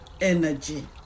energy